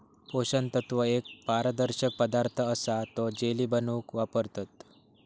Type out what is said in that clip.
पोषण तत्व एक पारदर्शक पदार्थ असा तो जेली बनवूक वापरतत